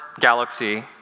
galaxy